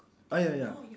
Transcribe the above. ah ya ya